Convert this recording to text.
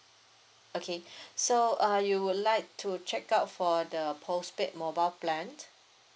okay so uh you would like to check out for the postpaid mobile plan